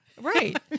Right